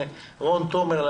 רון תומר,